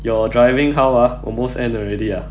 your driving how ah almost end already ah